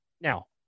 Now